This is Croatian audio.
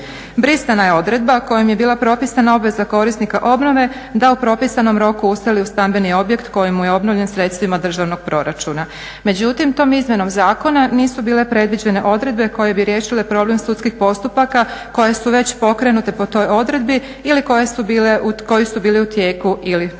brisana je odredba kojom je bila propisana obveza korisnika obnove da u propisanom roku useli u stambeni objekt koji mu je obnovljen sredstvima državnog proračuna. Međutim, tom izmjenom zakona nisu bile predviđene odredbe koje bi riješile problem sudskih postupaka koje su već pokrenute po toj odredbi ili koje su bile, koji su bili u